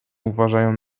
uważają